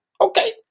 Okay